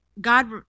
God